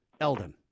Eldon